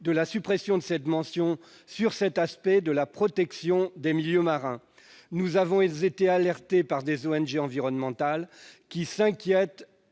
de la suppression de cette mention sur cet aspect de la protection des milieux marins. Nous avons été alertés par des ONG environnementales, qui s'inquiètent